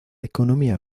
economía